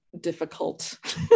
difficult